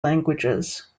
languages